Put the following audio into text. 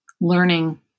learning